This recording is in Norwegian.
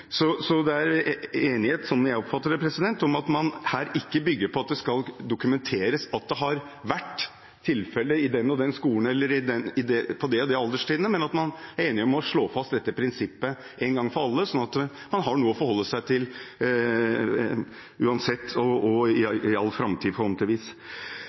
så vidt jeg kjenner til. Det er enighet, slik jeg oppfatter det, om at man her ikke bygger på at det skal dokumenteres at det har vært tilfeller i den og den skolen eller på det og det alderstrinnet, men at man er enig om å slå fast dette prinsippet en gang for alle, slik at man har noe å forholde seg til